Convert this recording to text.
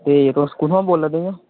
ते तुस कुत्थुआं बोल्ला दे इ'यां